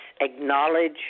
acknowledge